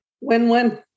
Win-win